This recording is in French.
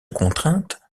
contrainte